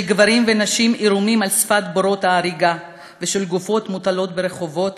של גברים ונשים עירומים על שפת בורות ההריגה ושל גופות מוטלות ברחובות,